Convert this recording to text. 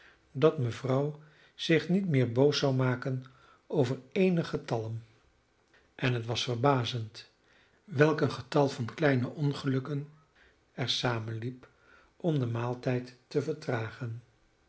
dat mevrouw zich niet meer boos zou maken over eenig getalm en het was verbazend welk een getal van kleine ongelukken er samenliep om den maaltijd te vertragen